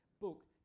book